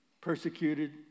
persecuted